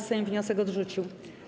Sejm wniosek odrzucił.